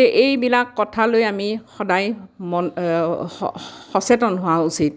তে এইবিলাক কথা লৈ আমি সদায় মন সচেতন হোৱা উচিত